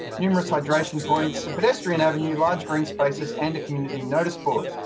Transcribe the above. numerous hydration points, a pedestrian avenue, large green spaces and a community noticeboard.